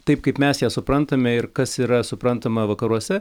taip kaip mes ją suprantame ir kas yra suprantama vakaruose